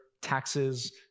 taxes